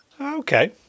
okay